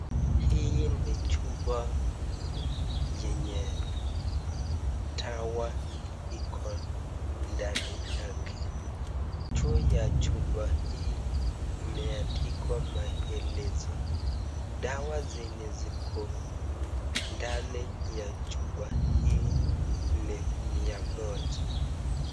Hii ni chupa yenye dawa ndani yake, juu ya chupa hii imeandikwa maelezo. Dawa zenye ziko ndani ya chupa hii ni mia moja.